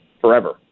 forever